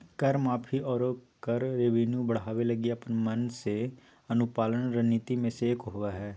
कर माफी, आरो कर रेवेन्यू बढ़ावे लगी अपन मन से अनुपालन रणनीति मे से एक होबा हय